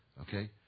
okay